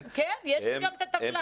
כן, יש לי גם את הטבלה.